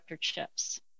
chips